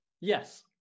Yes